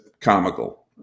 comical